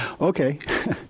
Okay